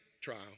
trial